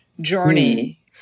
journey